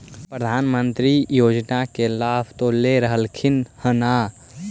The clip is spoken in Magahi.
प्रधानमंत्री बाला योजना के लाभ तो ले रहल्खिन ह न?